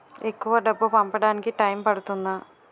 ఎక్కువ డబ్బు పంపడానికి టైం పడుతుందా?